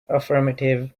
affirmative